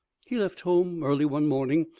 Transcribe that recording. he left home early one morning,